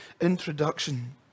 introduction